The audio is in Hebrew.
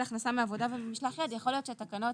הכנסה מעבודה וממשלח יד יכול להיות שהתקנות